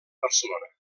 barcelona